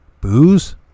Booze